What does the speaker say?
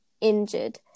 injured